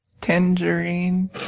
Tangerine